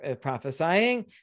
prophesying